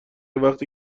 وقتی